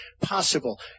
possible